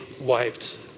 wiped